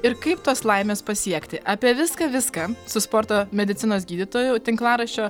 ir kaip tos laimės pasiekti apie viską viską su sporto medicinos gydytoju tinklaraščio